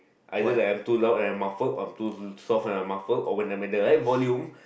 either like I am too loud and I muffled I am too soft and I muffled or when I am at the right volume